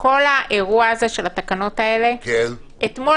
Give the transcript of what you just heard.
כל האירוע הזה של התקנות האלה אתמול